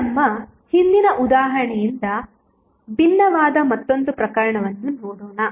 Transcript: ಈಗ ನಮ್ಮ ಹಿಂದಿನ ಉದಾಹರಣೆಯಿಂದ ಭಿನ್ನವಾದ ಮತ್ತೊಂದು ಪ್ರಕರಣವನ್ನು ನೋಡೋಣ